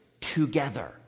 together